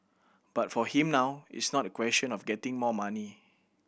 but for him now it's not a question of getting more money